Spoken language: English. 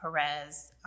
perez